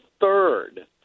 third